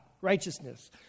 righteousness